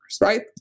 right